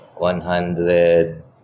100